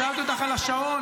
שאלתי אותך על השעון.